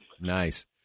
Nice